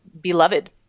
Beloved